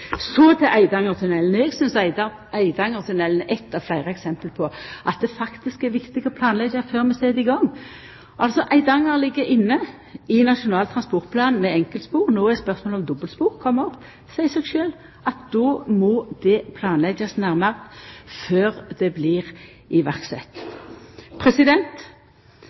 Så til Eidangertunnelen. Eg synest Eidangertunnelen er eitt av fleire eksempel på at det faktisk er viktig å planleggja før vi set i gang. Eidanger ligg inne i Nasjonal transportplan med enkeltspor. No har spørsmålet om dobbeltspor kome opp. Det seier seg sjølv at då må det planleggjast nærmare før det blir